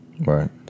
Right